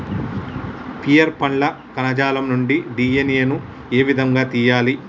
Pear పండ్ల కణజాలం నుండి డి.ఎన్.ఎ ను ఏ విధంగా తియ్యాలి?